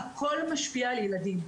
הכול משפיע על הילדים.